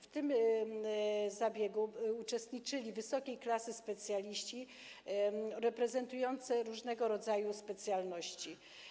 W tym zabiegu uczestniczyli wysokiej klasy specjaliści reprezentujący różnego rodzaju specjalności.